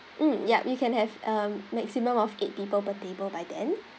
mm yup you can have a maximum of eight people per table by then